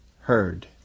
heard